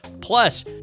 Plus